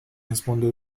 respondeu